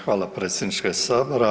Hvala predsjedniče sabora.